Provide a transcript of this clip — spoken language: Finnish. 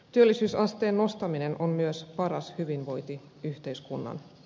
työllisyysasteen nostaminen on myös paras hyvinvointiyhteiskunnan tae